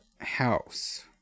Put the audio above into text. house